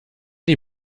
die